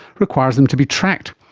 requires them to be tracked.